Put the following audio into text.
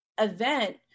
event